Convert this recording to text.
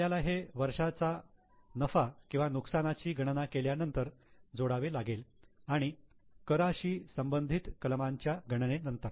आपल्याला हे वर्षाच्या नफा किंवा नुकसानाची गणना केल्यानंतर जोडावे लागेल आणि कराशी संबंधित कलमांच्या गणने नंतर